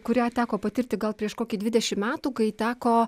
kurią teko patirti gal prieš kokį dvidešimt metų kai teko